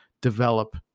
develop